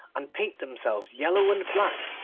and paint themselves yellow and black